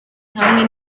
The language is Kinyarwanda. hamwe